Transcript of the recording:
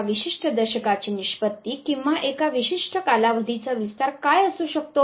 एका विशिष्ट दशकाची निष्पत्ती किंवा एका विशिष्ट कालावधीचा विस्तार काय असू शकतो